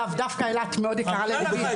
דווקא אילת מאוד יקרה לליבי,